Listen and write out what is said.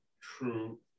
true